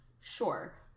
Sure